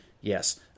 yes